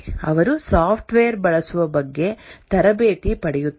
ಅವರು ಸಾಫ್ಟ್ವೇರ್ ಬಳಸುವ ಬಗ್ಗೆ ತರಬೇತಿ ಪಡೆಯುತ್ತಾರೆ